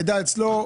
המידע אצלו,